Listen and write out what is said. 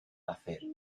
nacer